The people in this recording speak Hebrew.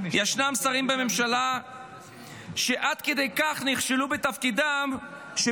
ישנם שרים בממשלה שנכשלו בתפקידם עד כדי כך